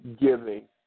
giving